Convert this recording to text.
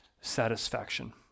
satisfaction